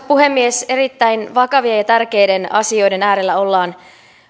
puhemies erittäin vakavien ja tärkeiden asioiden äärellä ollaan